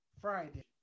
Friday